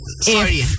Sorry